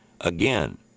again